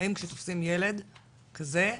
האם כשתופסים ילד כזה,